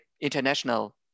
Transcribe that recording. international